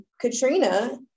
Katrina